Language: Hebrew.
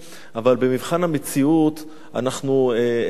אבל במבחן המציאות אנחנו ניכשל.